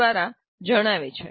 દ્વારા જણાવે છે